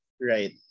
Right